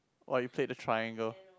!wah! you played the triangle